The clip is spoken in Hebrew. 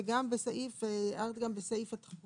וגם בסעיף תחולה